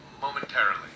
momentarily